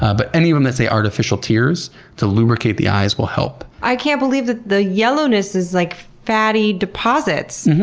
ah but any of them that say artificial tears to lubricate the eyes, will help. i can't believe that the yellowness is like fatty deposits.